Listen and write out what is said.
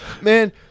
man